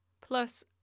plus